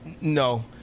No